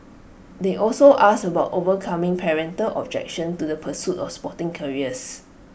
they also asked about overcoming parental objection to the pursuit of sporting careers